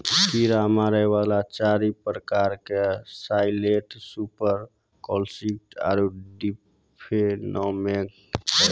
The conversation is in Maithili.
कीड़ा मारै वाला चारि प्रकार के साइलेंट सुपर टॉक्सिक आरु डिफेनाकौम छै